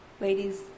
Ladies